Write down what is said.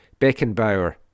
beckenbauer